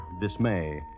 dismay